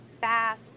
fast